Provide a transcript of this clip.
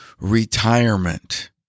retirement